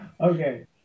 Okay